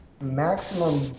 maximum